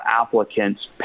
applicant's